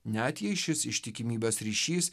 net jei šis ištikimybės ryšys